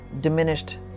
diminished